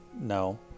no